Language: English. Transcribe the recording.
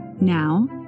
Now